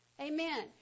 Amen